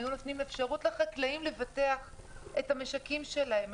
היו נותנים אפשרות לחקלאים לבטח את המשקים שלהם,